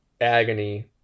agony